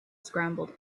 scrambled